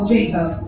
Jacob